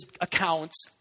accounts